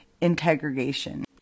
Integration